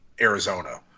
Arizona